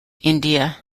india